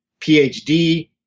PhD